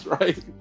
right